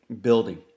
building